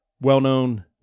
well-known